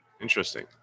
Interesting